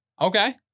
Okay